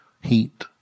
heat